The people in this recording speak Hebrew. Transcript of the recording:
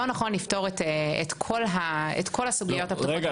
לא נכון לפתור את כול הסוגיות הפתוחות